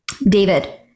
David